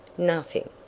nothing.